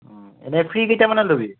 অঁ এনেই ফ্ৰী কেইটা মানত হ'বি